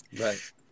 Right